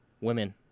women